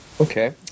Okay